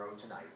tonight